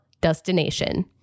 destination